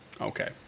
Okay